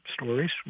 stories